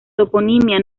toponimia